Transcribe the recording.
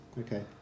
Okay